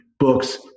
books